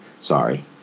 Sorry